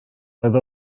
roedd